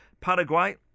Paraguay